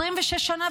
26 שנה,